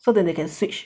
so that they can switch